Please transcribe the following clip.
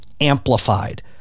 amplified